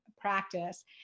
practice